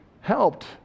helped